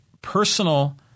personal